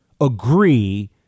agree